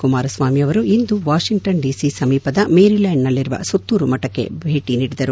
ಕುಮಾರಸ್ವಾಮಿಯವರು ಇಂದು Washington DC ಸಮೀಪದ ಮೇರಿಲ್ಯಾಂಡ್ ನಲ್ಲಿರುವ ಸುತ್ತೂರು ಮರಕ್ಕೆ ಭೇಟಿ ನೀಡಿದರು